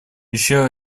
еще